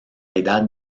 edad